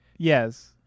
Yes